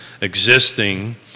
existing